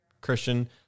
Christian